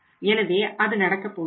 எனவே அது நடக்கப் போகிறது